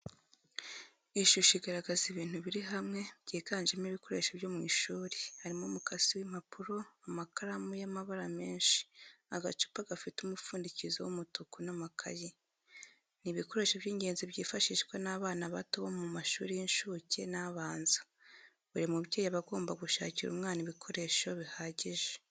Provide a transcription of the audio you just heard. Ishusho igaragaza ibintu biri hamwe byiganjemo ibikoreso byo mu ishuri, harimo umukasi w'impapuro, amakaramu y'amabara menshi, agacupa gafite umupfundikizo w'umutuku n'amakayi. Ni ibikoresho by'ingenzi byifashishwa n'abana bato bo mu mashuri y'incuke n'abanza, buri mubyeyi aba agomba gushakira umwana ibikoresho bihagije.